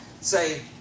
say